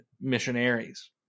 missionaries